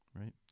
right